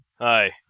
hi